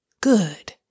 good